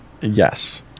Yes